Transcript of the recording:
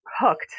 hooked